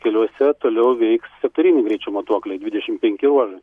keliuose toliau veiks sektoriniai greičio matuokliai dvidešimt penkių ar